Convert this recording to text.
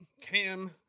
Cam